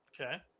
Okay